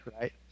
right